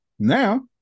Now